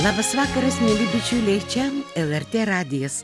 labas vakaras mieli bičiuliai čia lrt radijas